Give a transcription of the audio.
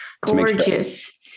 Gorgeous